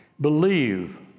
Believe